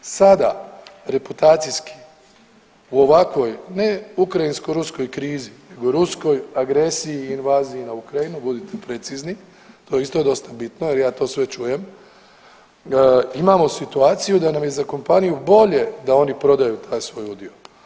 Sada reputacijski u ovakvoj ne ukrajinsko-ruskoj krizi nego ruskoj agresiji i invaziji na Ukrajinu budite precizni to je isto dosta bitno jer ja to sve čujem, imamo situaciju da nam je za kompaniju bolje da oni prodaju taj svoj udio.